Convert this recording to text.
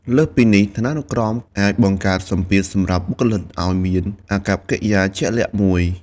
លើសពីនេះ ឋានានុក្រមអាចបង្កើតសម្ពាធសម្រាប់បុគ្គលិកឱ្យមានអាកប្បកិរិយាជាក់លាក់មួយ។